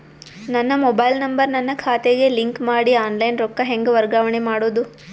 ನನ್ನ mobile number ನನ್ನ ಖಾತೆಗೆ ಲಿಂಕ್ ಮಾಡಿ ಆನ್ಲೈನ್ ರೊಕ್ಕ ಹೆಂಗ ವರ್ಗಾವಣೆ ಮಾಡೋದು?